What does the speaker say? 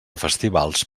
festivals